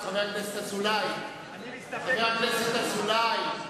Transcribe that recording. חבר הכנסת אזולאי,